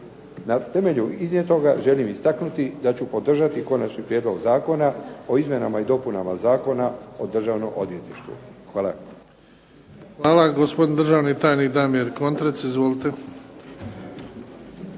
Na temelju iznijetoga želim istaknuti da ću podržati konačni prijedlog Zakona o izmjenama i dopunama Zakona o Državnom odvjetništvu. Hvala. **Bebić, Luka (HDZ)** Hvala. Gospodin državni tajnik Damir Kontrec, izvolite.